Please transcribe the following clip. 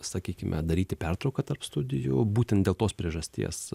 sakykime daryti pertrauką tarp studijų būtent dėl tos priežasties